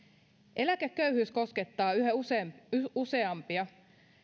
eläkeköyhyys koskettaa yhä useampia